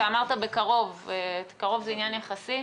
אתה אמרת בקרוב, קרוב זה עניין יחסי.